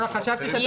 קשים, בסדר?